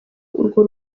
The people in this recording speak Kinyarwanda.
urwo